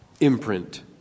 imprint